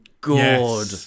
good